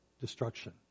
destruction